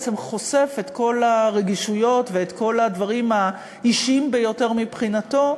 בעצם חושף את כל הרגישויות ואת כל הדברים האישיים ביותר מבחינתו,